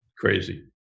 crazy